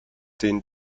den